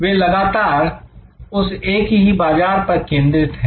वे लगातार उस एक ही बाजार पर केंद्रित हैं